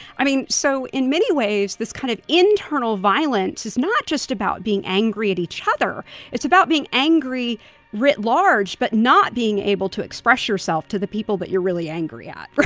i mean so in many ways, this kind of internal violence is not just about being angry at each other it's about being angry writ large but not being able to express yourself to the people that you're really angry at. right.